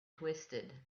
twisted